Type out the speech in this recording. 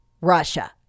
Russia